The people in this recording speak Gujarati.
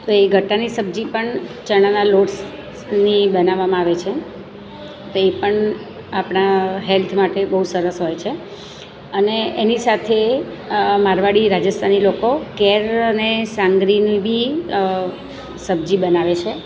તો એ ગટાની સબ્જી પણ ચણાના લોટની સ બનાવામાં આવે છે તો એ પણ આપણા હેલ્થ માટે બહુ સરસ હોય છે અને એની સાથે મારવાડી રાજસ્થાની લોકો કેળ અને સાંગરીની બી સબ્જી બનાવે છે